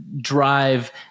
drive